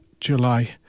July